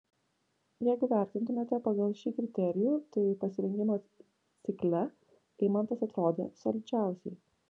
jeigu vertintumėme pagal šį kriterijų tai pasirengimo cikle eimantas atrodė solidžiausiai